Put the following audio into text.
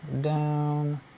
Down